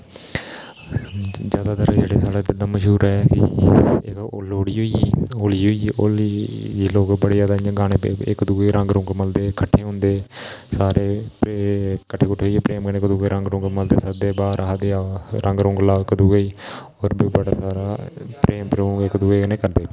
जैदातर जेह्ड़े साढ़े इद्धर दा मश्हूर ऐ कि इक लौह्ड़ी होई गेई होली होई गेई जेह्ड़े लोक बड़े आइयै इक दुऐ गी रंग मलदे किट्ठे होंदे सारे कट्ठे कुट्ठे होइयै इक दुऐ गी रंग मलदे सद्धे बाह्र आखदे हा रंग लांदे इक दुऐ गी होर बी बड़ा सारा प्रेम इक दुऐ कन्नै करदे न